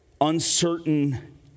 uncertain